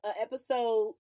episode